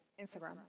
Instagram